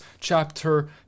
chapter